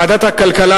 ועדת הכלכלה,